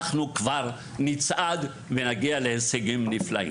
אנחנו כבר נצעד ונגיע להישגים נפלאים.